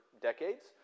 decades